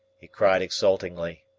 he cried exultantly.